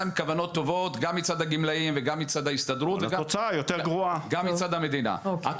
בכוונות טובות גם מצד הגמלאים וגם מצד ההסתדרות וגם מצד המדינה,